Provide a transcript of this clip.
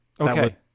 Okay